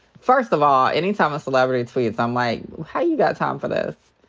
first of all, anytime a celebrity tweets, i'm like, how you got time for this?